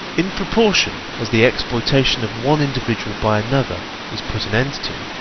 in proportion as the exploitation of one individual by another is put an end to,